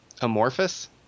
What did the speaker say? amorphous